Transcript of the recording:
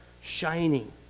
shining